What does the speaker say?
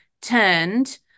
turned